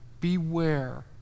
beware